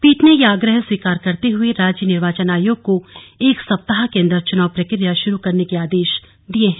पीठ ने यह आग्रह स्वीकार करते हुए राज्य निर्वाचन आयोग को एक सप्ताह के अंदर चुनाव प्रक्रिया शुरु करने के आदेश दिये हैं